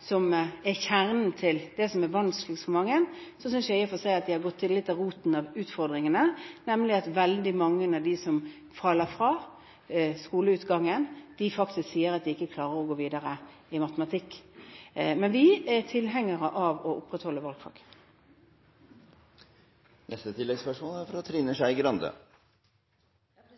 som er kjernen i det som er vanskeligst for mange, har man gått til roten av utfordringene, nemlig at veldig mange av dem som faller fra i skolegangen, faktisk sier at de ikke klarer å gå videre i matematikk. Men vi er tilhengere av å opprettholde valgfag. Trine Skei Grande –